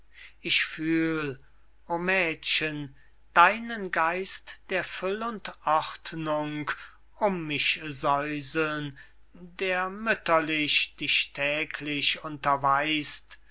ich fühl o mädchen deinen geist der füll und ordnung um mich säuseln der mütterlich dich täglich unterweis't